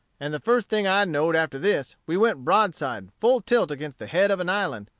and the first thing i know'd after this we went broadside full tilt against the head of an island,